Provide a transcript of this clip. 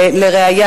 ולראיה,